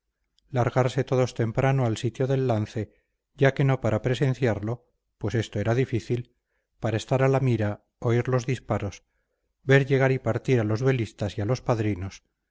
largarse todos temprano al sitio del lance ya que no para presenciarlo pues esto era difícil para estar a la mira oír los disparos ver llegar y partir a los duelistas y a los padrinos